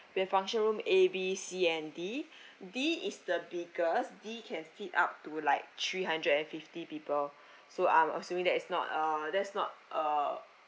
we have function room A B C and D D is the biggest D can fit up to like three hundred and fifty people so I'm assuming that is not uh that's not uh